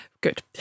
good